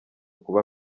kuba